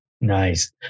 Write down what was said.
Nice